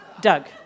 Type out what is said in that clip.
Doug